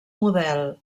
model